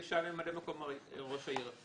נפגשה עם ממלא מקום ראש העיר,